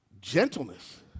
gentleness